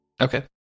Okay